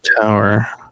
Tower